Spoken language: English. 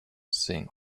thing